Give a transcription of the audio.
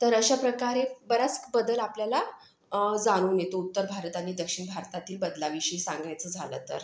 तर अशा प्रकारे बराच बदल आपल्याला जाणवून येतो उत्तर भारत आणि दक्षिण भारतातील बदलाविषयी सांगायचं झालं तर